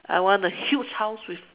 I want a huge house with